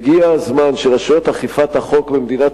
הגיע הזמן שרשויות אכיפת החוק במדינת